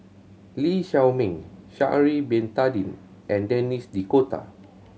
Lee Shao Meng Sha'ari Bin Tadin and Denis D'Cotta